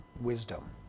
wisdom